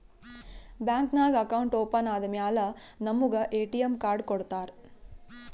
bank ನಾಗ್ account open ಆದಮ್ಯಾಲ ನಮುಗ ಎ.ಟಿ.ಎಮ್ ಕಾರ್ಡ್ ಕೊಡ್ತಾರ್